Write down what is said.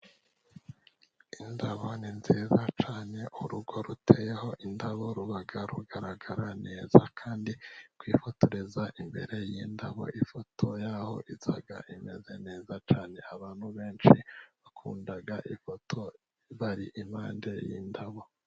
Indabo ni nziza cyane, urugo ruteyeho indabo ruba rugaragara neza kandi kwifotoreza imbere yindabo ifoto yaho iza imeze neza cyane. Abantu benshi bakunda ifoto iba impande y'indabo.